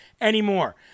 anymore